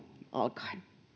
alkaen